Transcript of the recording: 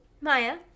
Maya